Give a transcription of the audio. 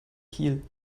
kiel